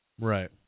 Right